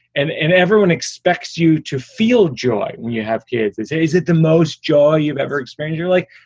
and and everyone expects you to feel joy when you have kids. it is it the most joy you've ever experience. you're like.